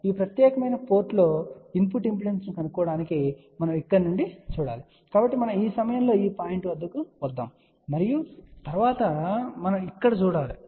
కాబట్టి ఈ ప్రత్యేకమైన పోర్టులో ఇన్పుట్ ఇంపిడెన్స్ను కనుగొనడానికి మనము ఇక్కడ నుండి చూడాలి కాబట్టి మనం ఈ సమయంలో ఈ పాయింట్ వద్దకు వస్తాము మరియు తరువాత మనం ఇక్కడ చూడాలి